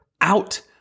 out